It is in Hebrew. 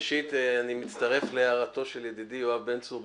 ראשית אני מצטרף להערתו של ידידי יואב בן צור,